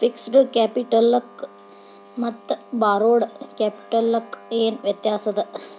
Fixed ಕ್ಯಾಪಿಟಲಕ್ಕ ಮತ್ತ ಬಾರೋಡ್ ಕ್ಯಾಪಿಟಲಕ್ಕ ಏನ್ ವ್ಯತ್ಯಾಸದ?